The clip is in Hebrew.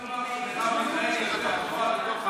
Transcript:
אתה מתכוון לומר שמרב מיכאלי יותר טובה